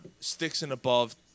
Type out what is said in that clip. sticks-and-above